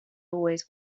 always